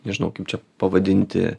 nežinau kaip čia pavadinti